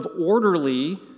orderly